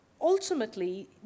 Ultimately